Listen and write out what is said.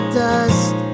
dust